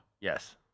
Yes